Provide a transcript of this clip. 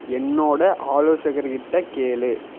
என்னோடய ஆலோசகர்கிட்டே கேளு